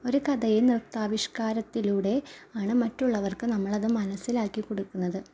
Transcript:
ഒരു കഥയിൽ നൃത്താവിഷ്കാരത്തിലൂടെ ആണ് മറ്റുള്ളവർക്ക് നമ്മൾ അത് മനസ്സിലാക്കി കൊടുക്കുന്നത്